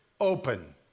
open